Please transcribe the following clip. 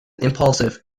impulsive